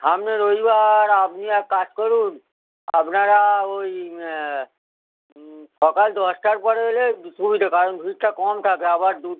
সামনের রবিবার আপনি এক কাজ করুন আপনারা ওই সকাল দশটার পর এলে সুবিধে কারণ ভিড়টা কম থাকে আবার দু